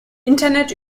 internet